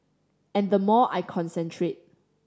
and the more I concentrate